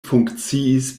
funkciis